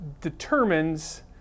determines